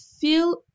feel